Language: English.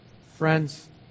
Friends